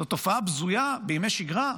זו תופעה בזויה בימי שגרה,